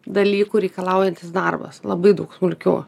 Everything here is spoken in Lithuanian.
dalykų reikalaujantis darbas labai daug smulkių